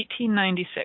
1896